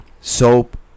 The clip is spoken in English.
soap